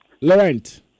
laurent